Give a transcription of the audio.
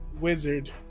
wizard